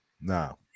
No